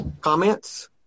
Comments